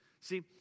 See